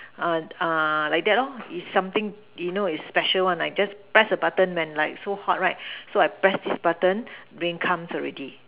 err uh like that or is something you know is special one like just press the button and like so hot right so I press this button rain comes already